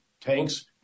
tanks